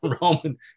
Roman